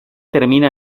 termina